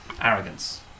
Arrogance